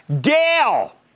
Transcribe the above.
Dale